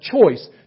choice